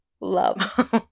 Love